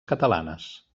catalanes